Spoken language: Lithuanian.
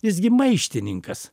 jis gi maištininkas